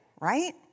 right